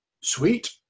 sweet